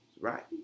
right